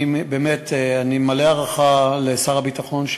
אני באמת מלא הערכה לשר הביטחון,